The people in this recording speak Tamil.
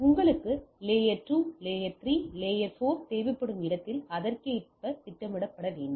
உங்களுக்கு அடுக்கு 2 அடுக்கு 3 அடுக்கு 4 தேவைப்படும் இடத்தில் அதற்கேற்ப திட்டமிட வேண்டும்